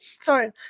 Sorry